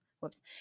Whoops